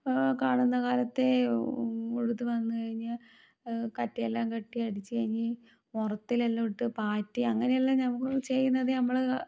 കാണുന്നകാലത്തേ ഉഴുത് വന്നു കഴിഞ്ഞാൽ കറ്റയെല്ലാം കെട്ടി അടിച്ചു കഴിഞ്ഞു മുറത്തിലെല്ലാം ഇട്ട് പാറ്റി അങ്ങനെയെല്ലാം നമ്മൾ ചെയ്യുന്നത് നമ്മൾ